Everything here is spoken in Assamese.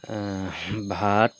ভাত